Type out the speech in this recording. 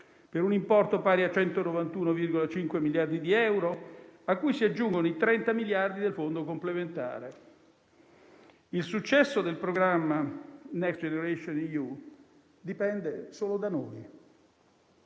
per un importo pari a 191,5 miliardi di euro, a cui si aggiungono i 30 miliardi del fondo complementare. Il successo del programma Next generation EU dipende solo da noi.